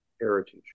heritage